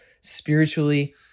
spiritually